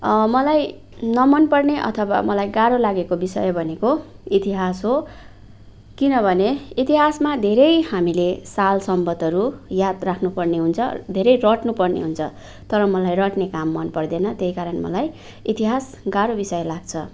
मलाई नमनपर्ने अथवा मलाई गाह्रो लागेको विषय भनेको इतिहास हो किनभने इतिहासमा धेरै हामीले साल सम्वद्हरू याद राख्नुपर्ने हुन्छ धेरै रट्नुपर्ने हुन्छ तर मलाई रट्ने काम मनपर्दैन त्यही कारण मलाई इतिहास गाह्रो विषय लाग्छ